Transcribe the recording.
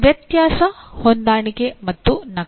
ವ್ಯತ್ಯಾಸ ಹೊಂದಾಣಿಕೆ ಮತ್ತು ನಕ್ಷೆ